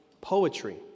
poetry